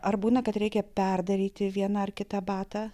ar būna kad reikia perdaryti vieną ar kitą batą